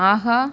ஆஹா